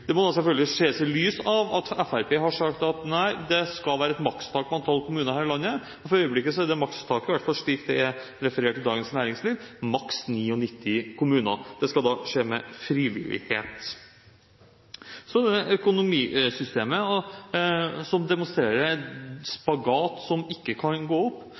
det skal være et makstak på antall kommuner her i landet. For øyeblikket er det taket, i alle fall slik det er referert i Dagens Næringsliv, maks 99 kommuner. Det skal da skje med frivillighet. Så er det økonomisystemet, som demonstrerer en spagat som ikke kan gå opp.